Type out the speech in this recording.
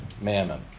mammon